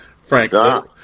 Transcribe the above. Frank